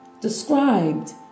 described